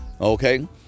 okay